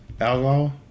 alcohol